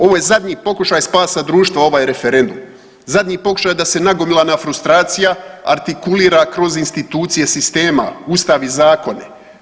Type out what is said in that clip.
Ovo je zadnji pokušaj spasa društva ovaj referendum, zadnji pokušaj da se nagomilana frustracija artikulira kroz institucije sistema ustav i zakone.